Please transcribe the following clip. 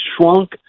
shrunk